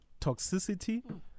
toxicity